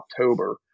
October